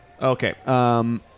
Okay